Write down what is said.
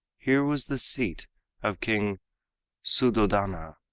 here was the seat of king suddhodana,